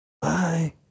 Bye